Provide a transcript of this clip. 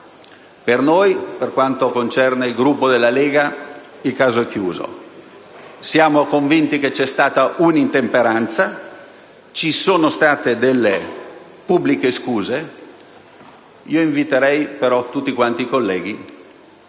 Per noi, per quanto concerne il Gruppo della Lega, il caso è chiuso. Siamo convinti che c'è stata un'intemperanza; ci sono state delle pubbliche scuse. Inviterei però tutti i colleghi